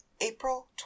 April